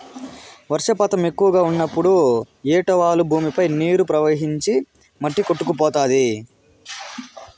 వర్షపాతం ఎక్కువగా ఉన్నప్పుడు ఏటవాలు భూమిపై నీరు ప్రవహించి మట్టి కొట్టుకుపోతాది